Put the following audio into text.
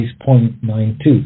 0.92